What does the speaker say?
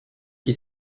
qui